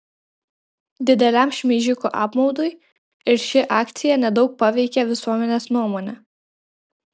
dideliam šmeižikų apmaudui ir ši akcija nedaug paveikė visuomenės nuomonę